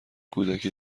کودکی